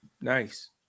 Nice